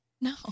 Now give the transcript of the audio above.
No